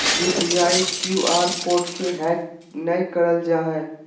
UPI, Q R code के hack नयय करल जा हइ